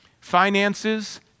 finances